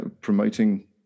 promoting